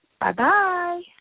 Bye-bye